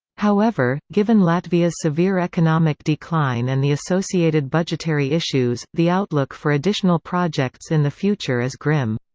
however, given latvia's severe economic decline and the associated budgetary issues, the outlook for additional projects in the future is grim.